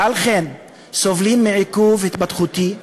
ועל כן סובלים מעיכוב התפתחותי,